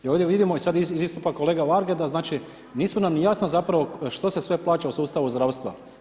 I ovdje vidimo, sad i iz istupa kolege Varge, da znači, nisu nam ni jasna zapravo, što se sve plaća u sustavu zdravstva.